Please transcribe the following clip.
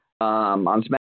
on